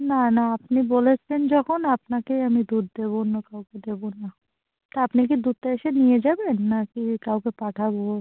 না না আপনি বলেছেন যখন আপনাকেই আমি দুধ দেবো অন্য কাউকে দেবো না তা আপনি কি দুধটা এসে নিয়ে যাবেন নাকি কাউকে পাঠাবো